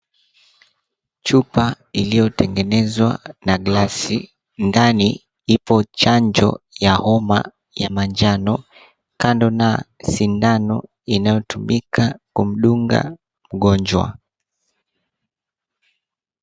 Chupa iliyotengenezwa na glass , ndani ipo chanjo ya homa ya manjano kando na sindano inayotumika kumdunga mgonjwa.